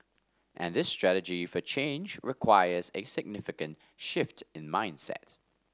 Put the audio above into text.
and this strategy for change requires a significant shift in mindset